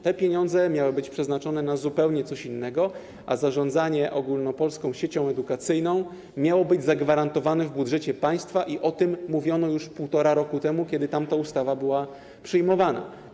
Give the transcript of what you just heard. Te pieniądze miały być przeznaczone na coś zupełnie innego, a zarządzanie Ogólnopolską Siecią Edukacyjną miało być zagwarantowane w budżecie państwa i o tym mówiono już 1,5 roku temu, kiedy tamta ustawa była przyjmowana.